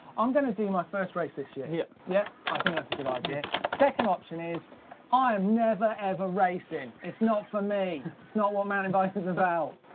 i'm gonna do my first race this year. yep. yep, i think that's a good idea. second option is i am never ever racing. it's not for me, it's not what man and bike is about.